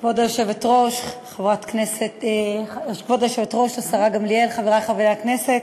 כבוד היושבת-ראש, השרה גמליאל, חברי חברי הכנסת,